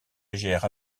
légères